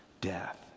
Death